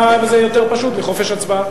מה יותר פשוט מחופש הצבעה?